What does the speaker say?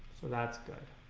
thats good.